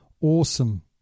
awesome